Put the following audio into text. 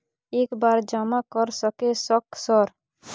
एक बार जमा कर सके सक सर?